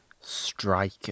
strike